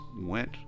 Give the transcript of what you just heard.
went